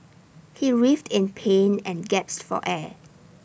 he writhed in pain and gasped for air